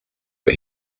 but